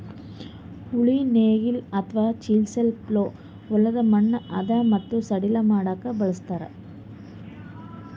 ಉಳಿ ನೇಗಿಲ್ ಅಥವಾ ಚಿಸೆಲ್ ಪ್ಲೊ ಹೊಲದ್ದ್ ಮಣ್ಣ್ ಹದಾ ಅಥವಾ ಸಡಿಲ್ ಮಾಡ್ಲಕ್ಕ್ ಬಳಸ್ತಾರ್